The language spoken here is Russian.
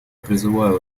призываю